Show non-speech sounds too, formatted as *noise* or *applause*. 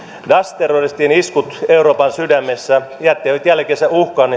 daesh terroristien iskut euroopan sydämessä jättivät jälkeensä uhkan *unintelligible*